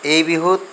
এই বিহুত